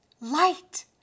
Light